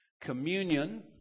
communion